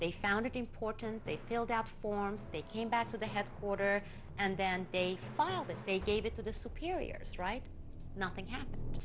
they found it important they filled out forms they came back to the headquarter and then they filed that they gave it to the superiors right nothing